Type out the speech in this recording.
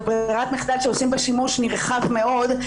ברירת מחדל שעושים בה שימוש נרחב מאוד,